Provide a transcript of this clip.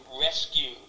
rescue